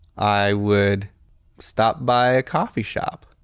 i would stop by a coffee shop.